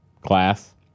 class